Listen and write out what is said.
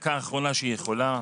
בדקה האחרונה שהיא יכולה,